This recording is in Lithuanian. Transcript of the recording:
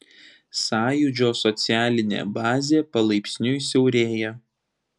sąjūdžio socialinė bazė palaipsniui siaurėja